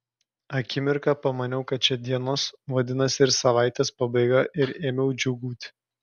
akimirką pamaniau kad čia dienos vadinasi ir savaitės pabaiga ir ėmiau džiūgauti